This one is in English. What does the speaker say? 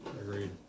Agreed